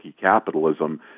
capitalism